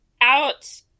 out